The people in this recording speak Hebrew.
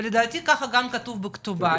ולדעתי ככה גם כתוב בכתובה,